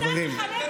זה קורס אחר.